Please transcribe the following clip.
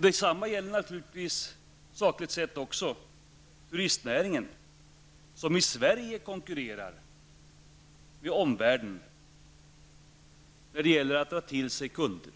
Detsamma gäller, sakligt sett, naturligtvis också turistnäringen. Den svenska turistnäringen konkurrerar ju med omvärlden när det gäller att dra till sig kunder.